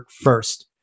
first